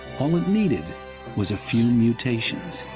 all it needed was a few mutations,